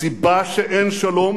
הסיבה שאין שלום